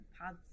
pads